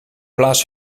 blaast